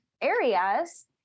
areas